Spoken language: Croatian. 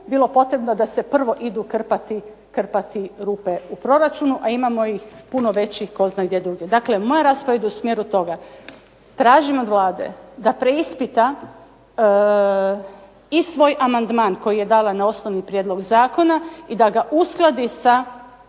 bilo potrebno da se prvo idu krpati rupe u proračunu, a imamo ih puno većih tko zna gdje drugdje. Dakle moja rasprava ide u smjeru toga, tražim od Vlade da preispita i svoj amandman koji je dala na osnovni prijedlog zakona i da ga uskladi sa